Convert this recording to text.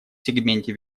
сегменте